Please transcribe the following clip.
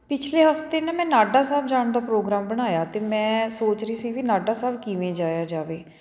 ਪਿਛਲੇ ਹਫਤੇ ਨਾ ਮੈਂ ਨਾਢਾ ਸਾਹਿਬ ਜਾਣ ਦਾ ਪ੍ਰੋਗਰਾਮ ਬਣਾਇਆ ਅਤੇ ਮੈਂ ਸੋਚ ਰਹੀ ਸੀ ਵੀ ਨਾਢਾ ਸਾਹਿਬ ਕਿਵੇਂ ਜਾਇਆ ਜਾਵੇ